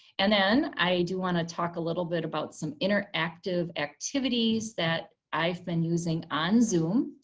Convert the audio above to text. and then i do wanna talk a little bit about some interactive activities that i've been using on zoom.